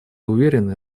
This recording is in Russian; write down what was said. уверены